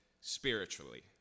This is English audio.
spiritually